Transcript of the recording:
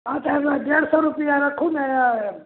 हँ तऽ एहिमे डेढ़ सओ रुपैआ राखू ने